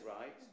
right